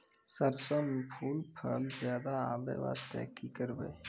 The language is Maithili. सरसों म फूल फल ज्यादा आबै बास्ते कि करबै?